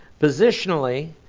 positionally